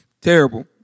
Terrible